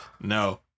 no